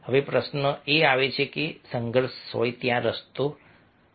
હવે પ્રશ્ન એ આવે છે કે હા જો સંઘર્ષ હોય તો કોઈ રસ્તો છે